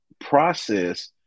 process